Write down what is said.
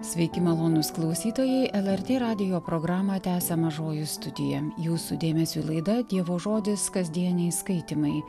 sveiki malonūs klausytojai lrt radijo programą tęsia mažoji studija jūsų dėmesiui laida dievo žodis kasdieniai skaitymai